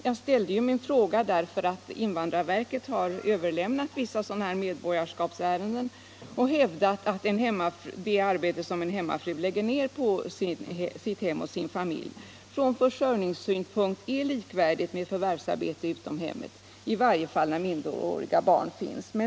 Jag ställde min fråga därför att invandrarverket har överlämnat vissa medborgarskapsärenden och hävdat att det arbete som en hemmafru lägger ned på sitt hem och sin familj från försörjningssynpunkt är likvärdigt med förvärvsarbete utanför hemmet, i varje fall när minderåriga barn finns.